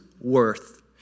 worth